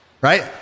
right